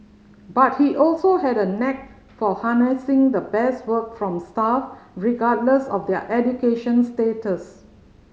but he also had a knack for harnessing the best work from staff regardless of their education status